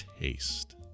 taste